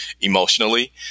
emotionally